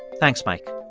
thanks, mike.